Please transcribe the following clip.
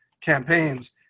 campaigns